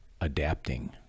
adapting